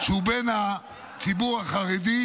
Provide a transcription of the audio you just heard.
שהוא בן הציבור החרדי,